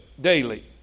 daily